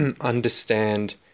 understand